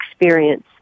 experience